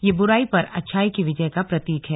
यह बुराई पर अच्छाई की विजय का प्रतीक है